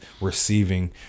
receiving